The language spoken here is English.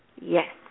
Yes